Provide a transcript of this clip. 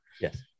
Yes